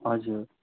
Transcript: हजुर